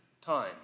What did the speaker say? time